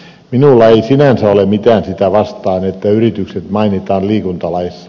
minulla ei sinänsä ole mitään sitä vastaan että yritykset mainitaan liikuntalaissa